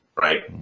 right